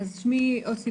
שמי גור בומש,